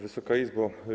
Wysoka Izbo!